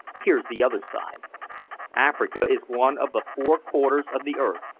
here's the other side africa is one of the four quarters of the earth,